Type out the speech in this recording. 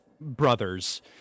brothers